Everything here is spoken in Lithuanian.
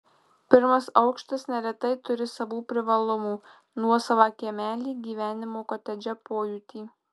pirmas aukštas neretai turi savų privalumų nuosavą kiemelį gyvenimo kotedže pojūtį